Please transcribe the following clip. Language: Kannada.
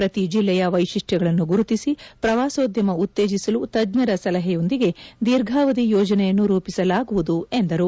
ಪ್ರತಿ ಜಿಲ್ಲೆಯ ವೈಶಿಷ್ಟ ಗಳನ್ನು ಗುರುತಿಸಿ ಪ್ರವಾಸೋದ್ಯಮ ಉತ್ತೇಜಿಸಲು ತಜ್ಞರ ಸಲಹೆಯೊಂದಿಗೆ ದೀರ್ಘಾವಧಿ ಯೋಜನೆಯೊಂದನ್ನು ರೂಪಿಸಲಾಗುವುದು ಎಂದರು